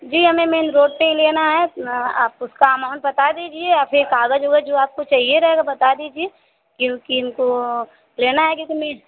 जी हमें main road पर ही लेना है आप उसका अमाउंट बता दीजिए या फिर कागज़ उगज़ होगा जो आपको चाहिए रहेगा बता दीजिए क्योंकि इनको लेना है क्योंकि में